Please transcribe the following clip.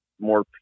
more